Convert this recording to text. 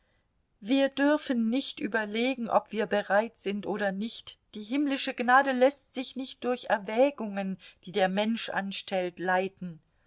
wir dürfen nicht überlegen ob wir bereit sind oder nicht die himmlische gnade läßt sich nicht durch erwägungen die der mensch anstellt leiten